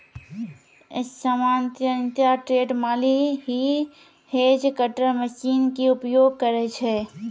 सामान्यतया ट्रेंड माली हीं हेज कटर मशीन के उपयोग करै छै